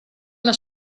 una